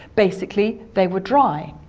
basically they were dry.